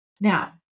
Now